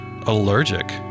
allergic